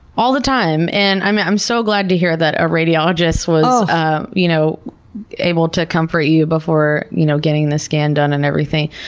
all the time. and i'm i'm so glad to hear that a radiologist was ah you know able to comfort you before you know getting the scan done and everything.